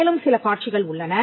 மேலும் சில காட்சிகள் உள்ளன